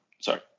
sorry